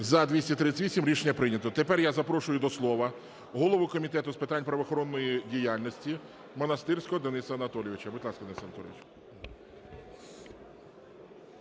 За-238 Рішення прийнято. Тепер я запрошую до слова голову Комітету з питань правоохоронної діяльності Монастирського Дениса Анатолійовича. Будь ласка, Денис Анатолійович.